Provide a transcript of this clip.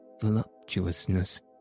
voluptuousness